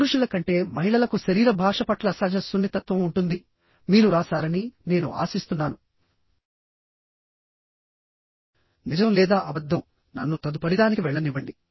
పురుషుల కంటే మహిళలకు శరీర భాష పట్ల సహజ సున్నితత్వం ఉంటుంది మీరు వ్రాసారని నేను ఆశిస్తున్నాను నిజం లేదా అబద్ధంనన్ను తదుపరిదానికి వెళ్లనివ్వండి